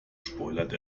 spoilert